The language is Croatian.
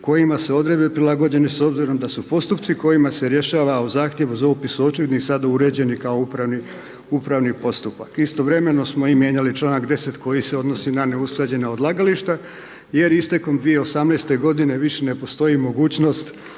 kojima se odredbe prilagođene s obzirom da su postupci kojima se rješava o zahtjevu za upis u očevidnik sada uređeni kao upravni, upravni postupak. Istovremeno smo i mijenjali članak 10. koji se odnosi na neusklađena odlagališta jer istekom 2018. godine više ne postoji mogućnost